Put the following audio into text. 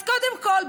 אז קודם כול,